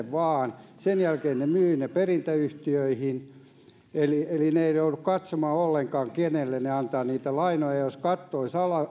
vaan ja sen jälkeen he myyvät ne perintäyhtiöihin he eivät joudu katsomaan ollenkaan kenelle he antavat niitä lainoja jos katto olisi